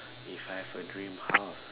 if I've a dream house